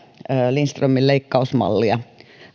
lindströmin leikkausmallia